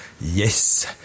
yes